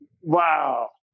wow